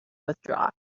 withdraw